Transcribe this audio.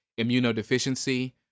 immunodeficiency